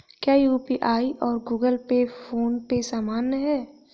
क्या यू.पी.आई और Google pay PhonePe समान हैं?